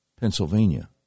Pennsylvania